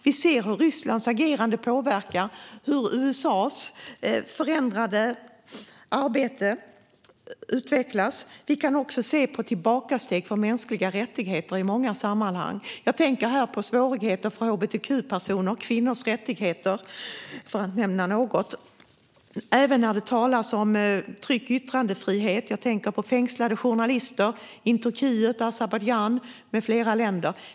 Vi ser hur Rysslands agerande påverkar och hur USA:s förändrade arbete utvecklas. Vi kan också se tillbakasteg för mänskliga rättigheter i många sammanhang. Jag tänker här på svårigheter för hbtq-personer och kvinnors rättigheter, för att nämna något, och även när det talas om tryck och yttrandefrihet. Jag tänker på fängslade journalister i Turkiet och Azerbajdzjan med flera länder.